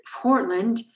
Portland